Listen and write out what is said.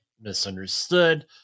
misunderstood